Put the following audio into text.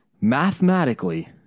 mathematically